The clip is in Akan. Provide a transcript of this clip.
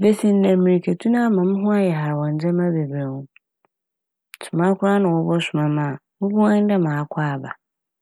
besi ndɛ mirikatu no ama mo ho ayɛ har wɔ ndzɛma bebree ho, soma koraa na wɔbɔsoma m' a ebohu ahe nye dɛ makɔ aba.